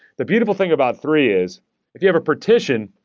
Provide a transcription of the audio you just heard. the beautiful thing about three is if you have a partition,